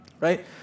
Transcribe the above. right